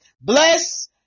bless